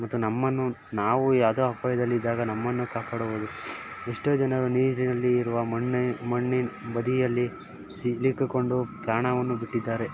ಮತ್ತು ನಮ್ಮನ್ನು ನಾವು ಯಾವುದೋ ಅಪಾಯದಲ್ಲಿದ್ದಾಗ ನಮ್ಮನ್ನು ಕಾಪಾಡ್ಬೌದು ಎಷ್ಟೊ ಜನರು ನೀರಿನಲ್ಲಿ ಇರುವ ಮಣ್ಣಿನ ಮಣ್ಣಿನ ಬದಿಯಲ್ಲಿ ಸಿಲುಕಿಕೊಂಡು ಪ್ರಾಣವನ್ನು ಬಿಟ್ಟಿದ್ದಾರೆ